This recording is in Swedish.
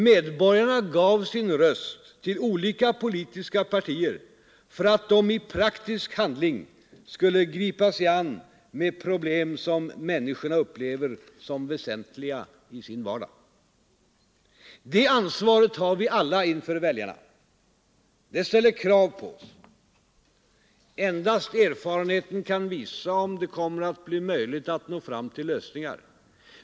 Medborgarna gav sin röst till olika politiska partier för att de i praktisk handling skulle gripa sig an med problem som människorna upplever som väsentliga i sin vardag. Det ansvaret har vi alla inför väljarna. Det ställer krav på oss. Endast erfarenheten kan visa om det kommer att bli möjligt att nå fram till lösningar.